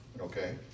Okay